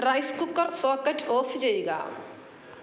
rice cooker socket off ചെയ്യുക